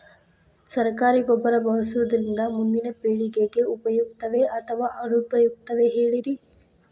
ಸರಕಾರಿ ಗೊಬ್ಬರ ಬಳಸುವುದರಿಂದ ಮುಂದಿನ ಪೇಳಿಗೆಗೆ ಉಪಯುಕ್ತವೇ ಅಥವಾ ಅನುಪಯುಕ್ತವೇ ಹೇಳಿರಿ